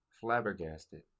flabbergasted